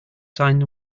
sign